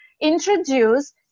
introduce